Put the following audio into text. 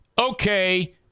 okay